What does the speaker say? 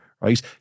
right